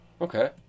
okay